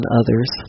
others